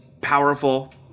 powerful